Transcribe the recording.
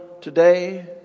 today